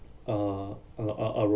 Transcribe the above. uh uh uh uh